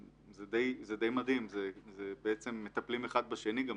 זה די מדהים, בעצם הם מטפלים אחד בשני הרבה.